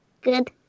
Good